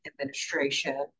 administration